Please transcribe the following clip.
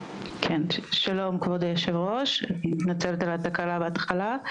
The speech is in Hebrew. שלום כבוד היושב-ראש, אני מתנצלת על התקלה בהתחלה.